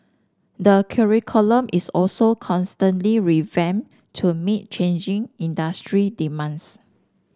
the curriculum is also constantly revamp to meet changing industry demands